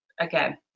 again